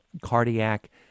cardiac